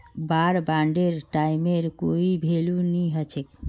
वार बांडेर टाइमेर कोई भेलू नी हछेक